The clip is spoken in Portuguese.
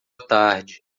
tarde